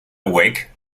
awake